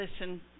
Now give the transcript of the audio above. listen